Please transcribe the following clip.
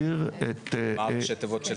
מה ראשי התיבות?